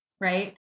right